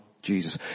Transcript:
Jesus